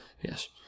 Yes